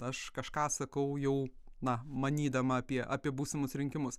aš kažką sakau jau na manydama apie apie būsimus rinkimus